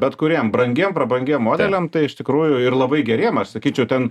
bet kuriem brangiem prabangiem modeliam tai iš tikrųjų ir labai geriem aš sakyčiau ten